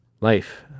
life